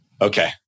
okay